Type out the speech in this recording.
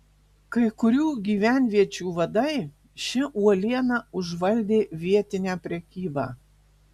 kai kurių gyvenviečių vadai šia uoliena užvaldė vietinę prekybą